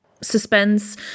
suspense